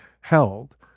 held